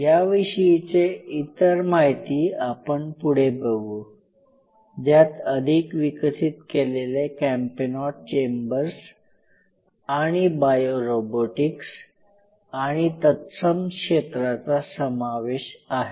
याविषयीचे इतर माहिती आपण पुढे बघू ज्यात अधिक विकसित केलेले कॅम्पेनॉट चेंबर्स आणि बायो रोबोटिक्स आणि तत्सम क्षेत्राचा समावेश आहे